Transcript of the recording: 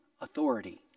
authority